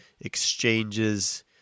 exchanges